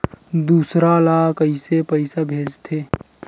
दूसरा ला कइसे पईसा भेजथे?